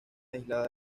aislada